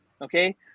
Okay